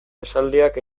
esaldiak